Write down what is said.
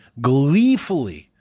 gleefully